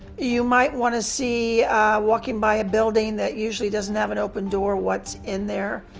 you might want to see walking by a building that usually doesn't have an open door what's in there.